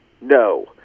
no